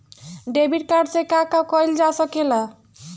Debit card से का का कइल जा सके ला?